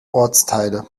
ortsteile